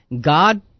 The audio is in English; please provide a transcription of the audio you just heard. God